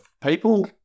people